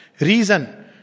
reason